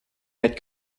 n’êtes